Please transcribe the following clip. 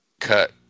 cut